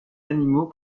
animaux